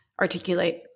articulate